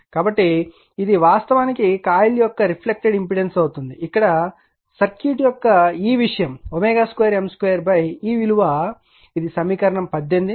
కాబట్టి ఇది వాస్తవానికి కాయిల్ యొక్క రిఫ్లెక్టెడ్ ఇంపెడెన్స్ అవుతుంది ఇక్కడ సర్క్యూట్ యొక్క ఈ విషయం 2M2 ఈ విలువ ఇది సమీకరణం 18